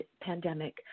pandemic